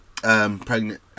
Pregnant